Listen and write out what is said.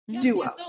duo